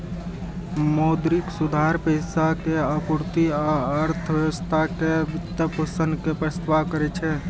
मौद्रिक सुधार पैसा के आपूर्ति आ अर्थव्यवस्था के वित्तपोषण के प्रस्ताव करै छै